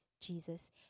Jesus